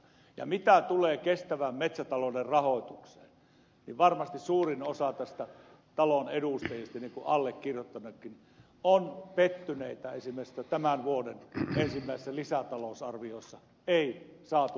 ja mitä tulee kestävän metsätalouden rahoitukseen niin varmasti suurin osa tämän talon edustajista niin kuin allekirjoittanutkin on pettyneitä esimerkiksi siihen että tämän vuoden ensimmäisessä lisätalousarviossa ei saatu lisärahoitusta